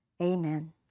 Amen